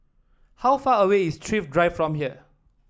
how far away is Thrift Drive from here